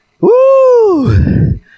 Woo